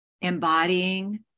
embodying